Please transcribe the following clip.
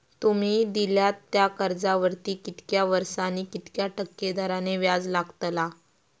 तुमि दिल्यात त्या कर्जावरती कितक्या वर्सानी कितक्या टक्के दराने व्याज लागतला?